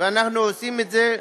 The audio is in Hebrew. ואנחנו עושים את זה.